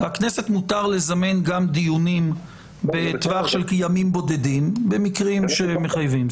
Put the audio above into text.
לכנסת מותר לזמן דיונים בטווח של ימים בודדים במקרים שמחייבים.